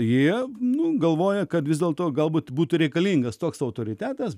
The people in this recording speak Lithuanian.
jie nu galvoja kad vis dėlto galbūt būtų reikalingas toks autoritetas